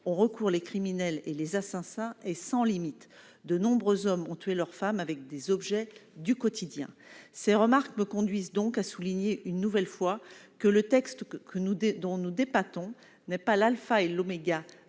ont recours les criminels et les assassins et sans limite de nombreux hommes ont tué leur femme avec des objets du quotidien, ces remarques me conduisent donc à souligner une nouvelle fois que le texte que que nous d'elle dont nous débattons n'est pas l'Alpha et l'oméga